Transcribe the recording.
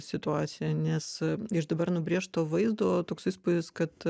situaciją nes iš dabar nubrėžto vaizdo toks įspūdis kad